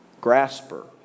grasper